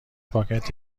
پاکت